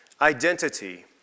identity